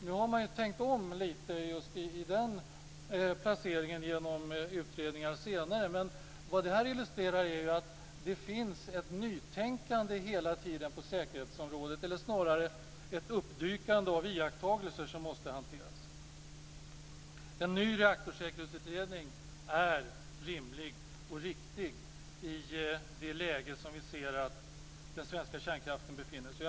Nu har man tänkt om litet genom senare utredningar, men detta illustrerar att det hela tiden finns ett nytänkande på säkerhetsområdet, eller snarare: ett uppdykande av iakttagelser som måste hanteras. En ny reaktorsäkerhetsutredning är rimlig och riktig i det läge som den svenska kärnkraften befinner sig i.